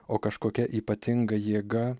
o kažkokia ypatinga jėga